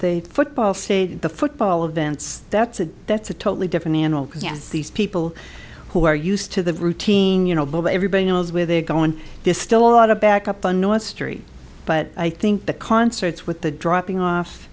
they football see the football events that's a that's a totally different animal because yes these people who are used to the routine you know but everybody knows where they're going they're still a lot of back up on north street but i think the concerts with the dropping off